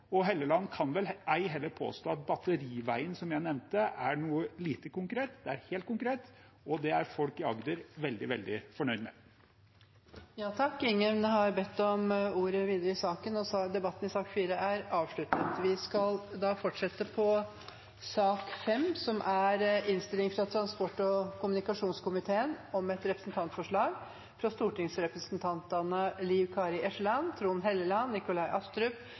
Helleland kan vel ei heller påstå at Batteriveien, som jeg nevnte, er lite konkret. Det er helt konkret, og det er folk i Agder veldig, veldig fornøyd med. Flere har ikke bedt om ordet til sak nr. 4. Etter ønske fra transport- og kommunikasjonskomiteen vil presidenten ordne debatten